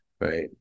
Right